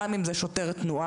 גם אם זה שוטר תנועה,